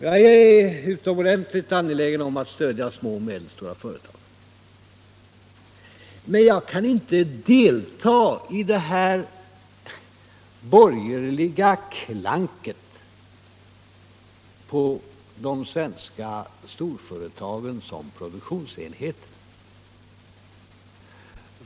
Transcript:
Jag är utomordentligt angelägen om att stödja små och medelstora företag, men jag kan inte delta i det här borgerliga klanket på de svenska storföretagen som produktionsenheter.